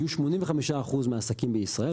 יהיו 85% מהעסקים בישראל.